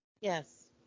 Yes